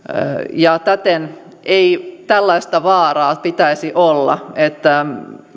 täten ei tällaista vaaraa pitäisi olla että